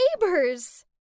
neighbors